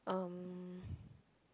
um